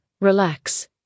relax